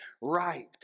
right